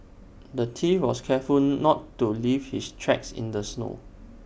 the thief was careful not to leave his tracks in the snow